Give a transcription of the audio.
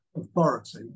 authority